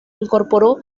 incorporó